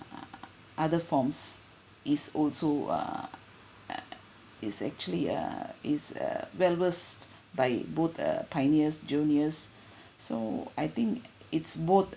other forms is also err err is actually err is err well versed by both the pioneers juniors so I think it's both